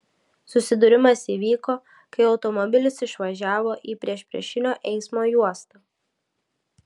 susidūrimas įvyko kai automobilis išvažiavo į priešpriešinio eismo juostą